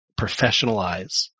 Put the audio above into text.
professionalize